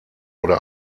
oder